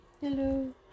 Hello